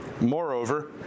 Moreover